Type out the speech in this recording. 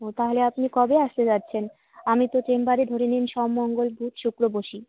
ও তাহলে আপনি কবে আসতে চাইছেন আমি তো চেম্বারে ধরে নিন সোম মঙ্গল বুধ শুক্র বসি